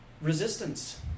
resistance